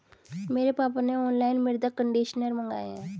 मेरे पापा ने ऑनलाइन मृदा कंडीशनर मंगाए हैं